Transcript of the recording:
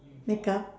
makeup